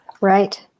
Right